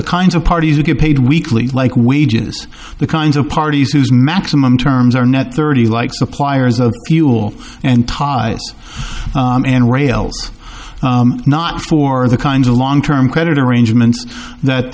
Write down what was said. the kinds of parties or get paid weekly like wages the kinds of parties whose maximum terms are net thirty like suppliers of fuel and tie and rails not for the kinds of long term credit arrangements that